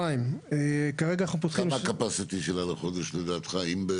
כמה הקפסיטי שלה לחודש לדעתך?